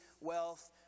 wealth